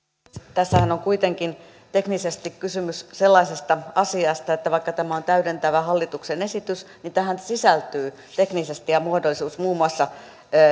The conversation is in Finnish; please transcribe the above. tässähän on kuitenkin teknisesti kysymys sellaisesta asiasta että vaikka tämä on täydentävä hallituksen esitys niin tähän sisältyy muun muassa teknisesti ja muodollisesti